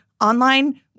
online